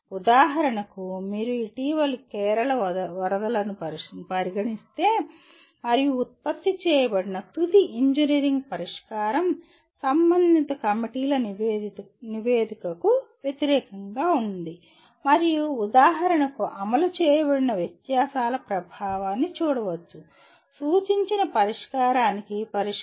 ఉదాహరణకు మీరు ఇటీవలి కేరళ వరదలను పరిగణిస్తే మరియు ఉత్పత్తి చేయబడిన తుది ఇంజనీరింగ్ పరిష్కారం సంబంధిత కమిటీల నివేదికకు వ్యతిరేకంగా ఉంది మరియు ఉదాహరణకు అమలు చేయబడిన వ్యత్యాసాల ప్రభావాన్ని చూడవచ్చు సూచించిన పరిష్కారానికి పరిష్కారం